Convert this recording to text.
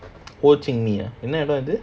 ho chih minh ah